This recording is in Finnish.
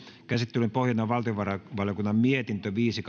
käsittelyn pohjana on valtiovarainvaliokunnan mietintö viisi